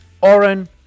Oren